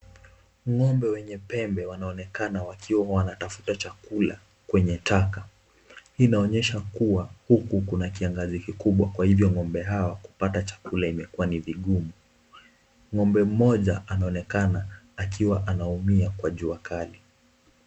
Ng'ombe wenye pembe wanaonekana wakiwa wanatafuta chakula kwenye taka. Hii inaonyesha kuwa huku kuna kiangazi kikubwa kwa hivyo ng'ombe hawa kupata chakula imekua ni vigumu. Ng'ombe mmoja anaonekana akiwa anaumia kwa jua kali.